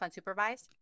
unsupervised